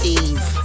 eve